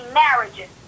marriages